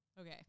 okay